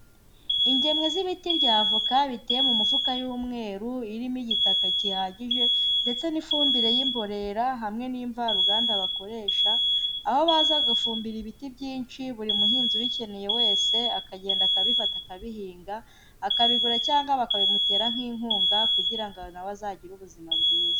Ingemwe z'ibiti bya avoka biteye mu mufuka y'umweru irimo igitaka kihagije, ndetse n'ifumbire y'imborera hamwe n'imvaruganda bakoresha, aho baza gufumbira ibiti byinshi buri muhinzi ubikeneye wese, akagenda akabifata akabihinga, akabigura cyangwa bakabimutera nk'inkunga kugira ngo na we azagire ubuzima bwiza.